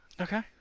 Okay